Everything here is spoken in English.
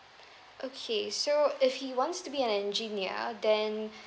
okay so if he wants to be an engineer then